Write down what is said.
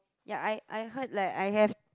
ya I I heard like I have